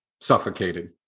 suffocated